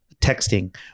texting